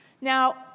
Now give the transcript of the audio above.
Now